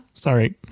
Sorry